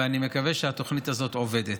ואני מקווה שהתוכנית הזאת עובדת.